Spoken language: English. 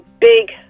big